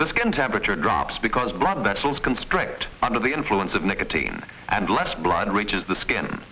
the skin temperature drops because blood vessels constrict under the influence of nicotine and less blood reaches the skin